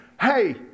hey